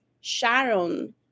Sharon